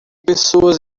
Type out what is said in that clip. pessoas